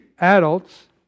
adults